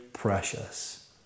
Precious